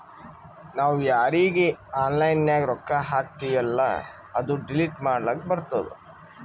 ನಾವ್ ಯಾರೀಗಿ ಆನ್ಲೈನ್ನಾಗ್ ರೊಕ್ಕಾ ಹಾಕ್ತಿವೆಲ್ಲಾ ಅದು ಡಿಲೀಟ್ ಮಾಡ್ಲಕ್ ಬರ್ತುದ್